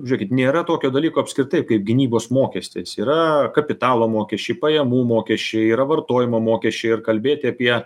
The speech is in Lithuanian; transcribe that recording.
žėkit nėra tokio dalyko apskritai kaip gynybos mokestis yra kapitalo mokesčiai pajamų mokesčiai yra vartojimo mokesčiai ir kalbėti apie